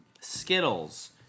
Skittles